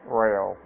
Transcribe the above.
rail